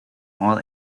all